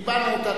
איבדנו אותה.